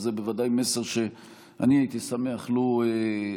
וזה בוודאי מסר שאני הייתי שמח אם תוכל